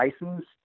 license